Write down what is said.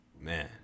Man